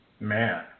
Man